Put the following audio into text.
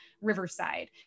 Riverside